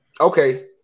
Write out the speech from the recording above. Okay